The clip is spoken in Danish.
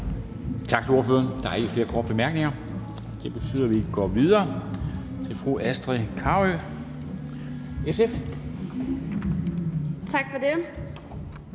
Tak til ordføreren. Der er ikke flere korte bemærkninger. Det betyder, at vi går videre til fru Astrid Carøe, SF. Kl.